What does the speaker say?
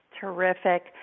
Terrific